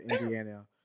Indiana